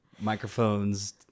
microphones